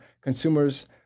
consumers